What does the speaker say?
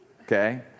okay